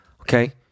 okay